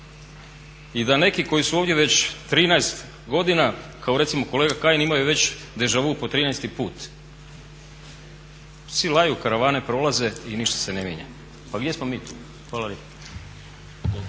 i da neki koji su ovdje već 13. godina kao recimo kolega Kajin imaju već deja vu po 13.-ti put, "psi laju, karavane prolaze" i ništa se ne mijenja. Pa gdje smo mi tu. Hvala